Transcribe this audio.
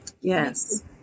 Yes